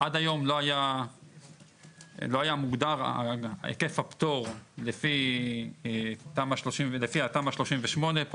עד היום לא היה מוגדר היקף הפטור לפי תמ"א 38. פה